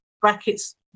brackets